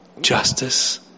justice